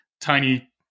tiny